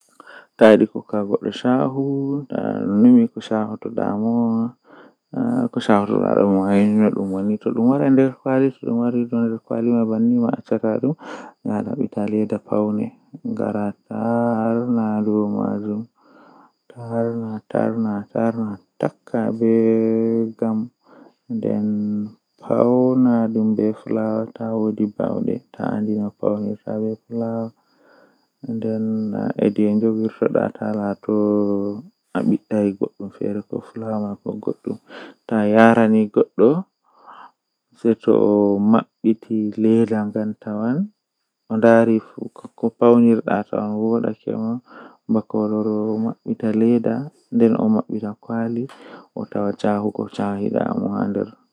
Ko mi bura yiduki laata mi waawi kanjum woni likitaaku mi yidi mi warta dokta ngam mi tokka wallugo himbe to goddo nyawdo malla don laawol mayugo mi laara mi hisni yonki maako.